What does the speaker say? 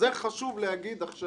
חשוב להגיד את זה עכשיו